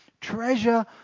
Treasure